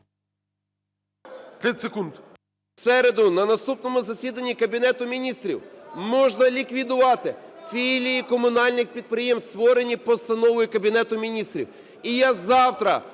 середу, на наступному засіданні Кабінету Міністрів, можна ліквідувати філії комунальних підприємств, створені постановою Кабінету Міністрів. І я завтра